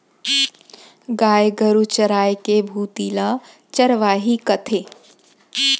गाय गरू चराय के भुती ल चरवाही कथें